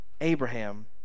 Abraham